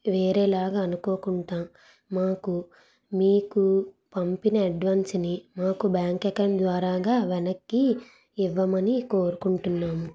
వేరేలాగా అనుకోకుండా మాకు మీకు పంపిన అడ్వాన్స్ని మాకు బ్యాంక్ అకౌంట్ ద్వారా వెనక్కి ఇవ్వమని కోరుకుంటున్నాము